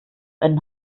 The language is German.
einen